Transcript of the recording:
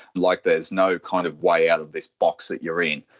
like there's no kind of way out of this box that you're in,